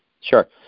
Sure